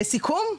לסיכום,